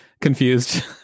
confused